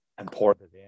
important